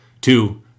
Two